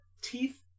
Teeth